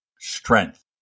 strength